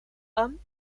amb